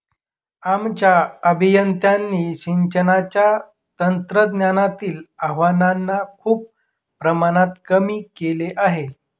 आमच्या अभियंत्यांनी सिंचनाच्या तंत्रज्ञानातील आव्हानांना खूप प्रमाणात कमी केले आहे